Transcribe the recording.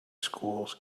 schools